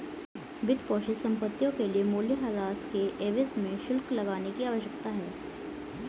वित्तपोषित संपत्तियों के लिए मूल्यह्रास के एवज में शुल्क लगाने की आवश्यकता है